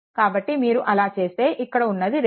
కాబట్టి మీరు అలా చేస్తే ఇక్కడ ఉన్నది 2